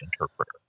interpreter